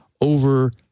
over